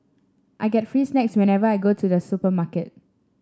I get free snacks whenever I go to the supermarket